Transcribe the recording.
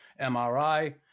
MRI